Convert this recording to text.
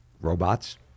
robots